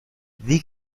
wie